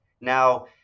Now